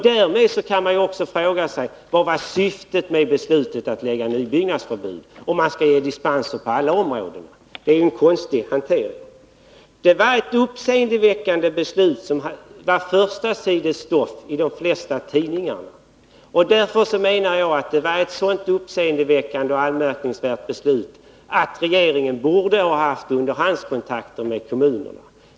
Därmed kan man fråga sig: Vad var syftet med beslutet att utfärda ett nybyggnadsförbud, om man skall ge dispens på alla områden? Det är en konstig hantering. Det var ett uppseendeväckande beslut, som var förstasidesstoff i de flesta tidningar. Jag anser att det var ett så uppseendeväckande och anmärkningsvärt beslut att regeringen borde ha haft underhandskontakter med kommunerna.